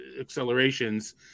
accelerations